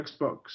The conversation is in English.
Xbox